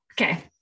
Okay